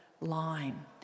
line